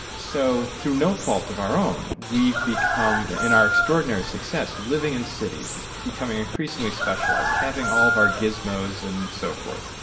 so through no fault of our own we've become, in our extraordinary success, living in cities, becoming increasingly specialised, having all of our gizmos and so forth,